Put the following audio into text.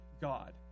God